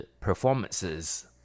performances